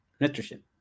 nutrition